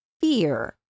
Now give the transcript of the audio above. fear